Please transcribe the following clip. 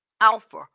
alpha